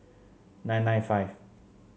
nine nine five